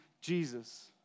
Jesus